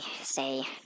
say